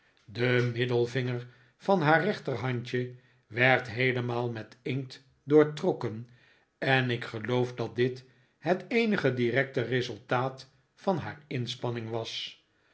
de middelvinger van haar rechterhandje werd heelemaal met inkt doortrokken en ik geloof dat dit het eenige directe resultaat van haar inspanning was